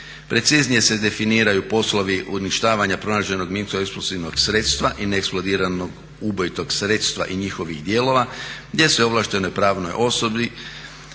Preciznije se definiraju poslovi uništavanja pronađenog minskoeksplozivnog sredstva i neeksplodiranog ubojitog sredstva i njihovih dijelova gdje se ovlaštenoj pravnoj osobi,